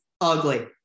ugly